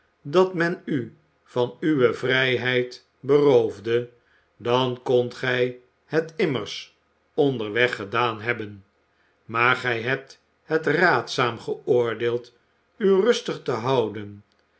dat men u van uwe vrijheid beroofde dan kondt gij het im mers onderweg gedaan hebben maar gij hebt het raadzaam geoordeeld u rustig te houden